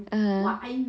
(uh huh)